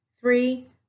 Three